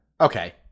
okay